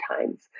times